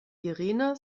irina